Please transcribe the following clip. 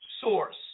source